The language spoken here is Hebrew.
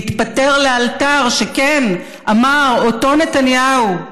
להתפטר לאלתר, שכן אותו נתניהו,